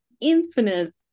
infinite